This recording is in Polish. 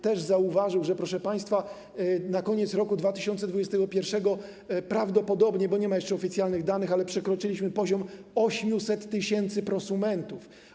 Też zauważył, proszę państwa, że na koniec roku 2021 prawdopodobnie, bo nie ma jeszcze oficjalnych danych, ale przekroczyliśmy poziom 800 tys. prosumentów.